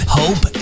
hope